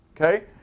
okay